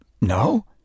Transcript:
No